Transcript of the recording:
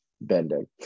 bending